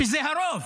שזה הרוב,